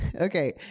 Okay